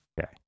Okay